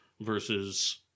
versus